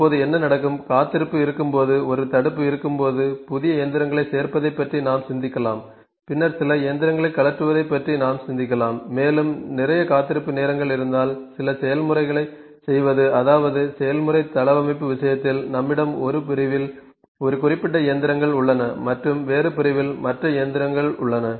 இப்போது என்ன நடக்கும் காத்திருப்பு இருக்கும்போது ஒரு தடுப்பு இருக்கும்போது புதிய இயந்திரங்களைச் சேர்ப்பதைப் பற்றி நாம் சிந்திக்கலாம் பின்னர் சில இயந்திரங்களை கழற்றுவதைப் பற்றி நாம் சிந்திக்கலாம் மேலும் நிறைய காத்திருப்பு நேரங்கள் இருந்தால் சில செயல்முறைகளைச் செய்வது அதாவது செயல்முறை தளவமைப்பு விஷயத்தில் நம்மிடம் ஒரு பிரிவில் ஒரு குறிப்பிட்ட இயந்திரங்கள் உள்ளன மற்றும் வேறு பிரிவில் மற்ற இயந்திரங்கள் உள்ளன